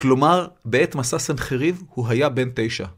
כלומר, בעת מסע סנחריב הוא היה בן תשע.